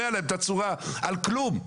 ועל כלום.